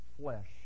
flesh